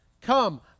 Come